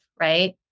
right